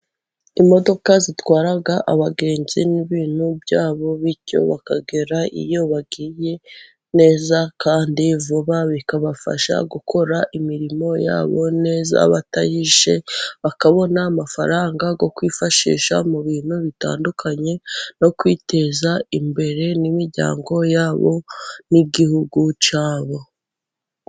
Imodoka zitwara abagenzi n'ibintu byabo bityo bakagera iyo bagiye neza kandi vuba, bikabafasha gukora imirimo yabo neza batayishe bakabona amafaranga yo kwifashisha mu bintu bitandukanye, no kwiteza imbere n'imiryango yabo n'igihugu cyabo.